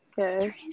Okay